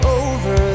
over